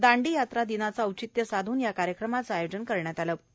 दांडीयात्रा दिनाचं औचित्य साधून या कार्यक्रमाचं आयोजन करण्यात आलं होतं